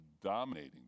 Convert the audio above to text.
dominating